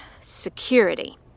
Security